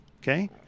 okay